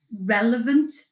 relevant